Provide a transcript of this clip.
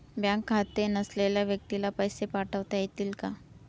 Bank खाते नसलेल्या व्यक्तीला पैसे पाठवता येतील का?